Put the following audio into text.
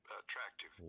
attractive